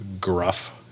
gruff